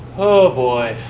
oh, i'm